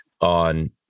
on